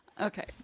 okay